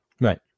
Right